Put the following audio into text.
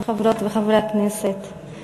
חברות וחברי הכנסת,